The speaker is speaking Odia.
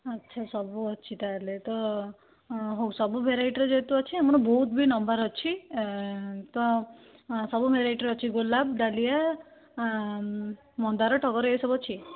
ଆଚ୍ଛା ସବୁ ଅଛି ତା'ହେଲେ ତ ହଉ ସବୁ ଭେରାଇଟିର ଯେହେତୁ ଅଛି ଆମର ବହୁତ ବି ନେବାର ଅଛି ତ ସବୁ ଭେରାଇଟିର ଅଛି ଗୋଲାପ ଡାଲିଆ ମନ୍ଦାର ଟଗର ଏସବୁ ଅଛି